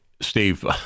steve